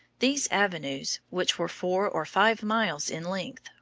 these avenues, which were four or five miles in length,